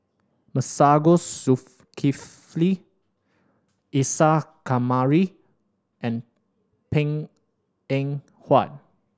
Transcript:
Masagos Zulkifli Isa Kamari and Png Eng Huat